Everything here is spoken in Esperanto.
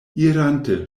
irante